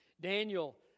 Daniel